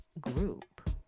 group